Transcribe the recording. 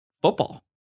football